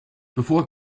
before